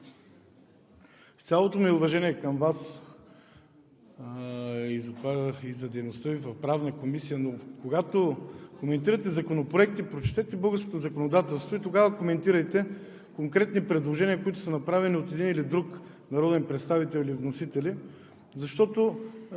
цялото ми уважение към Вас за дейността Ви в Правна комисия, когато коментирате законопроекти, прочетете българското законодателство и тогава коментирайте конкретни предложения, които са направени от един или друг народен представител или вносители, защото